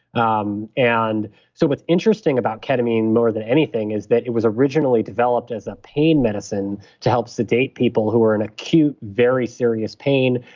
um and so what's interesting about ketamine more than anything is that it was originally developed as a pain medicine to help sedate people who are in acute very serious pain.